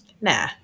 nah